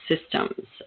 systems